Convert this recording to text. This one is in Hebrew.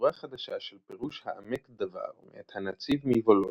מהדורה חדשה של פירוש העמק דבר מאת הנצי"ב מוולוז'ין,